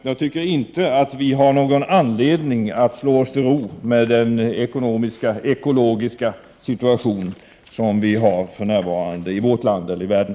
Jag tycker inte att vi har någon anledning att slå oss till ro med den ekologiska situation som vi har för närvarande i vårt land eller i världen.